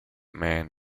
man